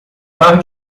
par